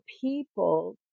people